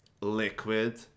Liquid